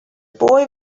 boy